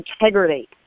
integrity